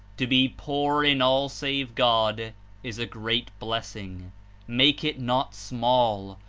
to be poor in all save god is a great blessing make it not small,